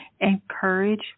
encourage